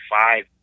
five